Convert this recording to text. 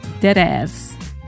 Deadass